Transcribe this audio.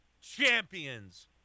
champions